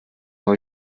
habe